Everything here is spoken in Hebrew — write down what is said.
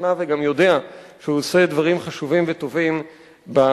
ומשוכנע וגם יודע שהוא עושה דברים חשובים וטובים במחאה,